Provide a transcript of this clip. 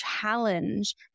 challenge